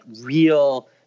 real